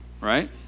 right